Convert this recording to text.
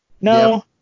No